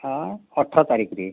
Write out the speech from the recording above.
ହଁ ଅଠର ତାରିଖରେ